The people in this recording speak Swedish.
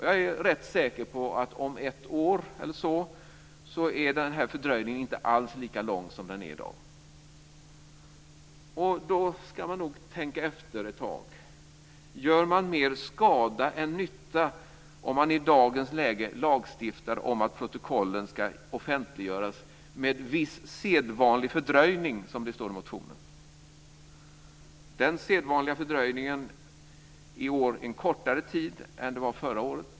Jag är rätt säker på att om ungefär ett år är den här fördröjningen inte alls lika lång som den är i dag. Då ska man nog tänka efter ett tag. Gör man mer skada än nytta om man i dagens läge lagstiftar om att protokollen ska offentliggöras med viss sedvanlig fördröjning, som det står i motionen? Den sedvanliga fördröjningen är i år kortare än den var förra året.